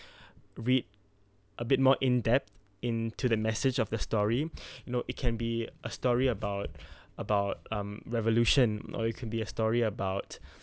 read a bit more in depth into the message of the story you know it can be a story about about um revolution or it can be a story about